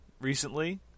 recently